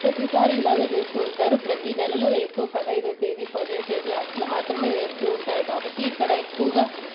ప్రతీ సారి ఇలాగే చేస్తూ ఉంటారు ప్రతీ నెలలో ఎక్కువ పదహైదో తేదీ పదవ తేదీ అట్లా మాత్రమే వేస్తూ ఉంటారు కాబట్టి ఇక్కడ ఎక్కువగా